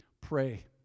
Pray